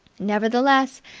nevertheless,